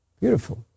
Beautiful